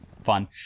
Fun